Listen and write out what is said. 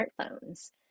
smartphones